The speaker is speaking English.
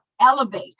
elevate